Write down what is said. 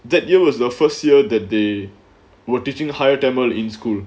that it was the first year that they were teaching higher tamil in school